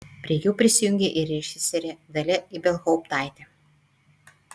prie jų prisijungė ir režisierė dalia ibelhauptaitė